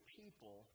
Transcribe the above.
people